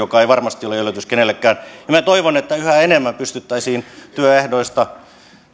mikä ei varmasti ole yllätys kenellekään ja toivon että yhä enemmän pystyttäisiin työehdoista